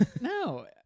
no